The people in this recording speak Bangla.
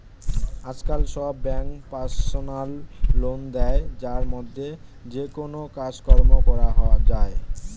আজকাল সব ব্যাঙ্কই পার্সোনাল লোন দেয় যার মাধ্যমে যেকোনো কাজকর্ম করা যায়